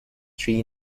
three